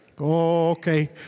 Okay